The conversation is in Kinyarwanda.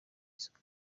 isuku